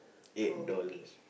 eight dollars